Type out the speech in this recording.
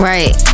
Right